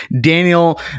Daniel